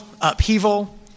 upheaval